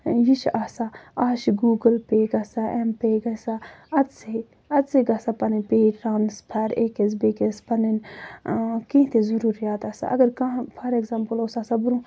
یہِ چھُ آسان آز چھُ گوٗگٕل پَے گژھان ایٚم پَے گژھان أتتھسٕے أتتھسٕے گژھان پَنٕنۍ پَے ٹرانَسفر أکِس بیٚکِس پَنٕنۍ کیٚنٛہہ تہِ ضروٗریات آسن اَگر کانٛہہ فار ایٚکزامپٕل اوس آسان برونٛہہ